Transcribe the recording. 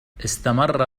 استمر